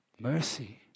Mercy